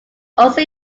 also